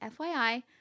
FYI